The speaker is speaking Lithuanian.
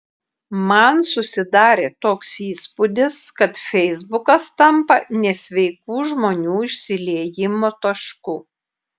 man susidarė toks įspūdis kad feisbukas tampa nesveikų žmonių išsiliejimo tašku